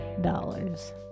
dollars